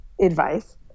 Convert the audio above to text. advice